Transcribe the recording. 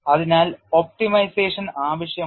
അതിനാൽ ഒപ്റ്റിമൈസേഷൻ ആവശ്യമാണ്